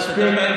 מספיק.